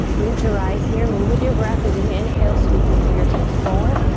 move to rise here, move with your breath as you inhale, sweep the fingertips forward,